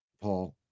Paul